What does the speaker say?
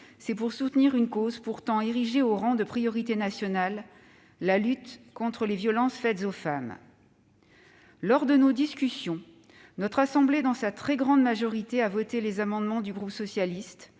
c'est pour soutenir une cause érigée au rang de priorité nationale : la lutte contre les violences faites aux femmes. Lors de nos discussions, notre assemblée, dans sa très grande majorité, a voté les amendements du groupe socialiste